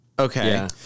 Okay